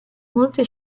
molte